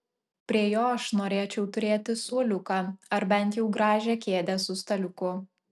prie jo aš norėčiau turėti suoliuką ar bent jau gražią kėdę su staliuku